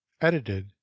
edited